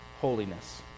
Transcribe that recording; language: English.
holiness